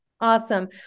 Awesome